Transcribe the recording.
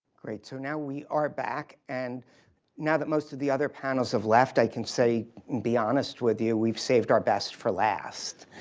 great. so now we are back and now that most of the other panels have left, i can say to be honest with you, we've saved our best for last.